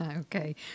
Okay